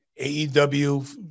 AEW